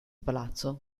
palazzo